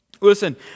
Listen